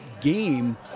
game